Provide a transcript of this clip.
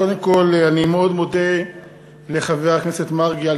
קודם כול אני מאוד מודה לחבר הכנסת מרגי על